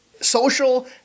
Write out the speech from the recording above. social